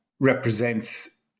represents